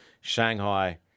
Shanghai